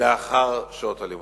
לאחר שעות הלימודים.